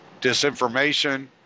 disinformation